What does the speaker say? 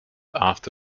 after